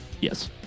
Yes